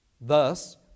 Thus